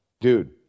dude